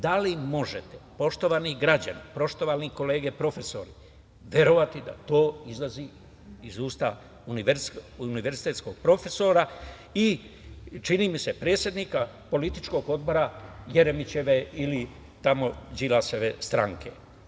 Da li možete, poštovani građani, poštovane kolege profesori, verovati da to izlazi iz usta univerzitetskog profesora i, čini mi se, predsednika političkog odbora Jeremićeve ili Đilasove stranke?